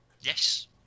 Yes